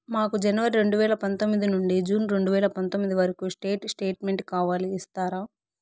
మాకు జనవరి రెండు వేల పందొమ్మిది నుండి జూన్ రెండు వేల పందొమ్మిది వరకు స్టేట్ స్టేట్మెంట్ కావాలి ఇస్తారా